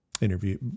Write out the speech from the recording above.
interview